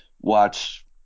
watch